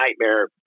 nightmare